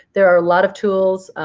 there are a lot of tools.